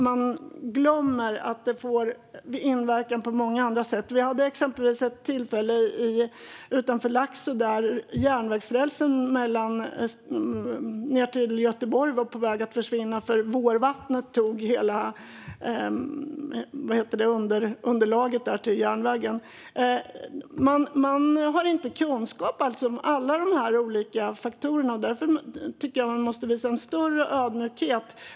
Man glömmer att det kan få inverkan på många andra sätt. Utanför Laxå hade vi exempelvis en händelse där järnvägsrälsen ned till Göteborg höll på att försvinna då vårvattnet tog hela underlaget till rälsen. Man har alltså inte kunskap om alla olika faktorer. Jag tycker därför att man bör visa större ödmjukhet.